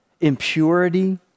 impurity